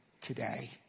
today